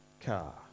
car